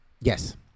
Yes